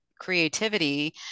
creativity